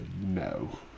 no